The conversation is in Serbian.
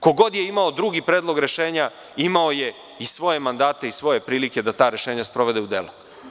Ko god je imao drugi predlog rešenja, imao je i svoje mandate i svoje prilike da ta rešenja sprovede u delo.